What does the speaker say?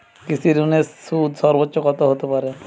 কৃষিঋণের সুদ সর্বোচ্চ কত হতে পারে?